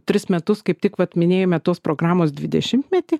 tris metus kaip tik vat minėjome tos programos dvidešimtmetį